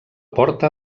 porta